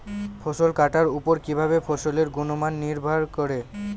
ফসল কাটার উপর কিভাবে ফসলের গুণমান নির্ভর করে?